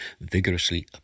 vigorously